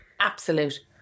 absolute